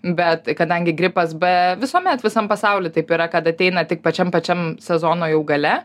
bet kadangi gripas b visuomet visam pasauly taip yra kad ateina tik pačiam pačiam sezono jau gale